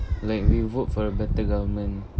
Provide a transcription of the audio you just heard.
like we vote for a better government